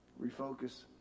Refocus